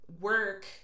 work